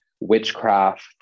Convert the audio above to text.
witchcraft